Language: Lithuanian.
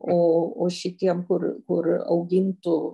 o o šitiem kur kur augintų